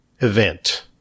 event